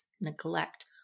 neglect